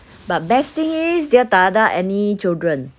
but best thing is dia tak ada any children